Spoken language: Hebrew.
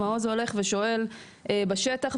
מעוז הולך ושואל בשטח,